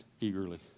eagerly